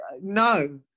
no